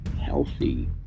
healthy